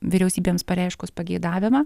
vyriausybėms pareiškus pageidavimą